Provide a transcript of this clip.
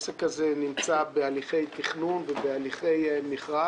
זה נמצא בהליכי תכנון ומכרז.